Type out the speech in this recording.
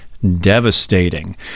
devastating